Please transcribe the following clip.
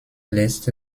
lässt